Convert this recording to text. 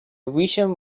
vision